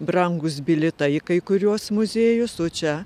brangūs bilietai į kai kuriuos muziejus o čia